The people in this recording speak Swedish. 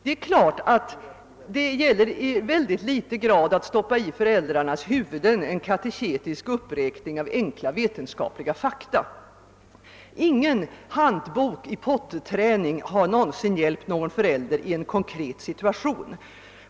Det är klart att föräldrautbildningen i mycket liten grad innebär att i föräldrarnas huvuden stoppa en kateketisk samling enkla vetenskapliga fakta. Ingen handbok i potträning har någonsin hjälpt någon enda förälder i någon konkret situation.